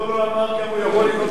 כבודו לא אמר אם הוא יבוא לראות,